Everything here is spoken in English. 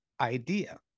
idea